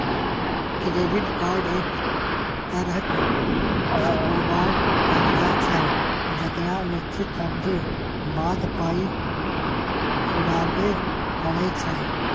credit card एक तरहक अगोबार करजा छै जकरा निश्चित अबधी बाद पाइ घुराबे परय छै